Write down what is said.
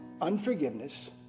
unforgiveness